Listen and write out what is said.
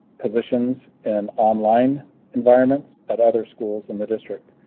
positions and online environments at other schools in the district,